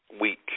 week